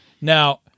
Now